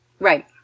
Right